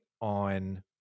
on